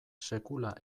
sekula